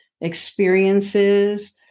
experiences